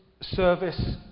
service